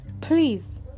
Please